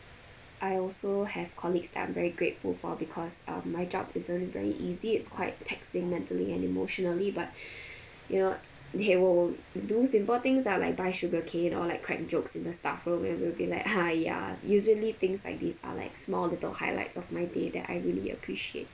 I also have colleagues that I'm very grateful for because um my job isn't very easy it's quite taxing mentally and emotionally but you know they will do simple things ah like buy sugarcane or like crack jokes in the staff room and we'll be like !haiya! usually things like these are like small little highlights of my day that I really appreciate